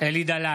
אלי דלל,